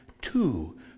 two